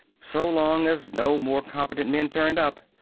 so long as no more competent men turned up,